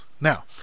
Now